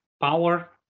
power